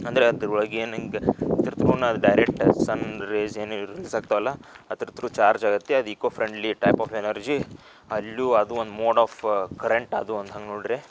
ಅಂದರೆ ಅದ್ರ ಒಳಗೆ ಏನಿಂಗೆ ತೀರ್ದ್ರೂ ಅದು ಡೈರೆಕ್ಟ್ ಸನ್ ರೇಸ್ ಏನೋ ರಿಲೀಸ್ ಆಗ್ತಾವಲ್ಲ ಅದ್ರ ತ್ರು ಚಾರ್ಜ್ ಆಗುತ್ತೆ ಅದು eco friendly type of energy ಅಲ್ಲೂ ಅದೊಂದು ಮೋಡ್ ಆಫ್ ಕರೆಂಟ್ ಅದು ಒಂದು ಹಂಗೆ ನೋಡ್ದ್ರೆ